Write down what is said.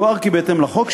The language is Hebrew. יוער כי בהתאם לחוק,